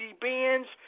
band's